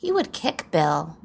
he would kick bill